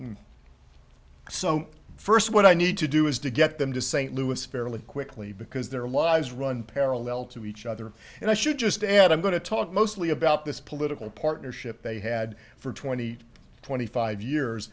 slums so first what i need to do is to get them to st louis fairly quickly because their lives run parallel to each other and i should just add i'm going to talk mostly about this political partnership they had for twenty eight twenty five years